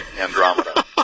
Andromeda